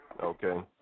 Okay